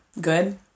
good